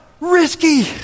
Risky